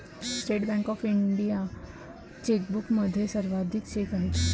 state bank of इंडियाच्या चेकबुकमध्ये सर्वाधिक चेक आहेत